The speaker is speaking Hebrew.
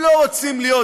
הם לא רוצים להיות,